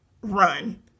Run